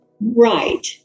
Right